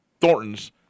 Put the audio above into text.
Thornton's